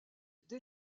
dès